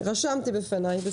רשמתי לפניי.